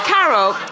Carol